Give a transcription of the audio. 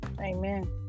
Amen